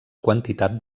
quantitat